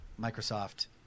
Microsoft